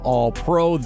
All-Pro